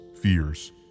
fears